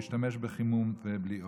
להשתמש בחימום ובלי אוכל.